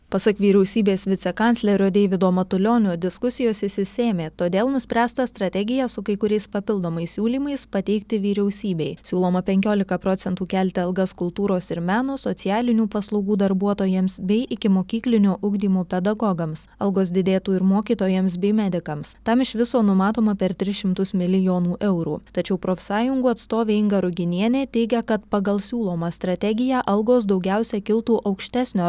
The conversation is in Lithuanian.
pasak vyriausybės vicekanclerio deivido matulionio diskusijos išsisėmė todėl nuspręsta strategiją su kai kuriais papildomais siūlymais pateikti vyriausybei siūloma penkiolika procentų kelti algas kultūros ir meno socialinių paslaugų darbuotojams bei ikimokyklinio ugdymo pedagogams algos didėtų ir mokytojams bei medikams tam iš viso numatoma per tris šimtus milijonų eurų tačiau profsąjungų atstovė inga ruginienė teigia kad pagal siūlomą strategiją algos daugiausiai kiltų aukštesnio